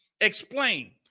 explain